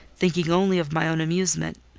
thinking only of my own amusement,